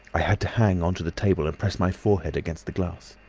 i had to hang on to the table and press my forehead against the glass.